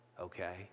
Okay